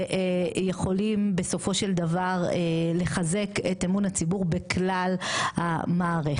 שיכולים בסופו של דבר לחזק את אמון הציבור בכלל המערכת.